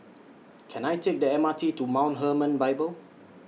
Can I Take The M R T to Mount Hermon Bible